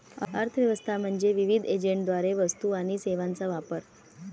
अर्थ व्यवस्था म्हणजे विविध एजंटद्वारे वस्तू आणि सेवांचा वापर